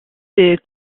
ces